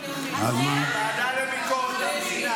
לביטחון לאומי --- לוועדה לביקורת המדינה.